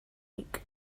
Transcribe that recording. ric